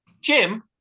Jim